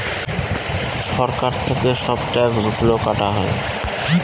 সরকার থেকে সব ট্যাক্স গুলো কাটা হয়